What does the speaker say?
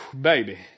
baby